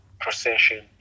procession